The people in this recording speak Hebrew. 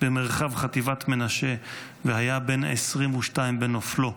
במרחב חטיבת מנשה והיה בן 22 בנופלו.